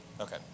Okay